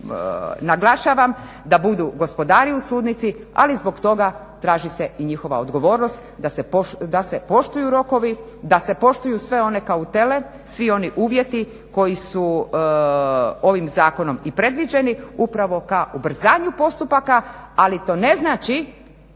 jedanput da budu gospodari u sudnici, ali zbog toga traži se i njihova odgovornost da se poštuju rokovi, da se poštuju sve one kautele, svi oni uvjeti koji su ovim zakonom i predviđeni upravo ka ubrzanju postupaka, ali to ne znači,